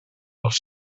els